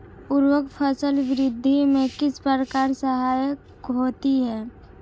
उर्वरक फसल वृद्धि में किस प्रकार सहायक होते हैं?